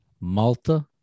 Malta